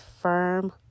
firm